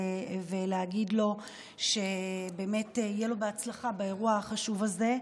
ולהגיד לו שבאמת יהיה לו בהצלחה באירוע החשוב הזה,